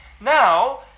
Now